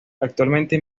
actualmente